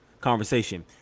conversation